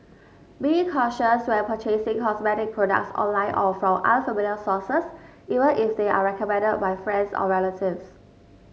be cautious when purchasing cosmetic products online or from unfamiliar sources even if they are recommended by friends or relatives